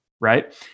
Right